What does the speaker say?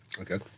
okay